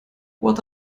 what